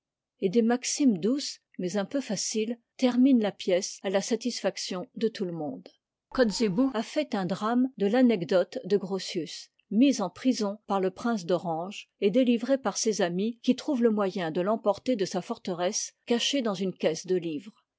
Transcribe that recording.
et des maximes douces mais un peu faciles terminent la pièce à la satisfaction de tout le monde kotzebue a fait un drame de l'anecdote de grotius mis en prison par le prince d'orange et détivré par ses amis qui trouvent le moyen de t'emporter de sa forteresse caché dans une caisse de livres